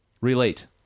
Relate